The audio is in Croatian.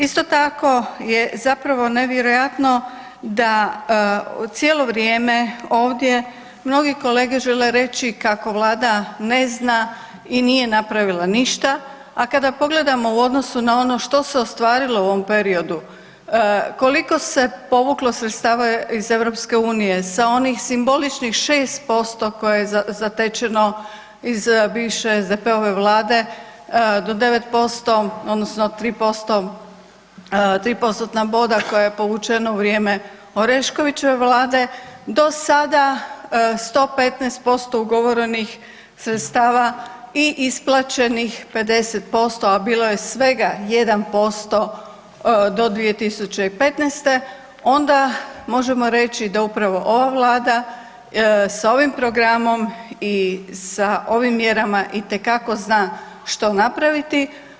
Isto tako je zapravo nevjerojatno da cijelo vrijeme ovdje mnogi kolege žele reći kako vlada ne zna i nije napravila ništa, a kada pogledamo u odnosu na ono što se ostvarilo u ovom periodu, koliko se povuklo sredstava iz EU, sa onih simboličnih 6% koje je zatečeno iz bivše SDP-ove vlade do 9% odnosno 3%, 3%-tna boda koja je povučeno u vrijeme Oreškovićeve vlade do sada 115% ugovorenih sredstava i isplaćenih 50%, a bilo je svega 1% do 2015., onda možemo reći da upravo ova vlada s ovim programom i sa ovim mjerama itekako zna što napraviti.